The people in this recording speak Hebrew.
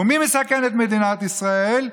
ומי מסכן את מדינת ישראל?